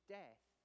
death